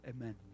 Amen